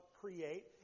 create